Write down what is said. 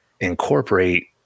incorporate